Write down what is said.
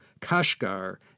Kashgar